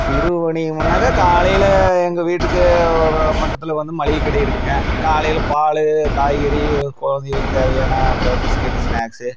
சிறுவணிகமுன்னாக்கா காலையில் எங்கள் வீட்டுக்கு பக்கத்தில் வந்து மளிகை கடை இருக்குங்க காலையில் பால் காய்கறி குழந்தைகளுக்கு தேவையான அப்புறம் பிஸ்கெட்டு ஸ்நாக்ஸ்ஸு